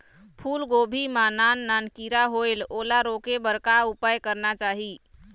फूलगोभी मां नान नान किरा होयेल ओला रोके बर का उपाय करना चाही?